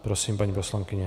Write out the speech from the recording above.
Prosím, paní poslankyně.